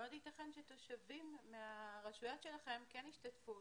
מאוד ייתכן שתושבים מהרשויות שלכם כן השתתפו.